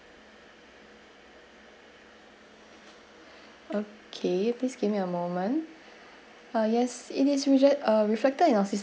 okay please give me a moment ah yes it is actually reflected in our system